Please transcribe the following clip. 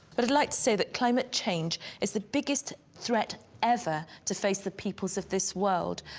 but i'd like to say that climate change is the biggest threat ever to face the peoples of this world.